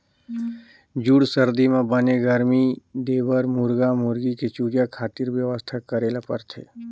जूड़ सरदी म बने गरमी देबर मुरगा मुरगी के चूजा खातिर बेवस्था करे ल परथे